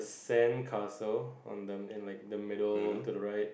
sandcastle on the man like the middle to the right